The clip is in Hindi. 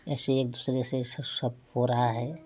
ऐसे एक दुसरे से स सब हो रहा है